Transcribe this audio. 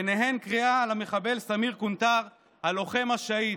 ובהן קריאה למחבל סמיר קונטאר "הלוחם השהיד".